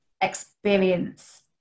experience